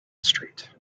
street